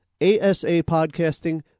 ASApodcasting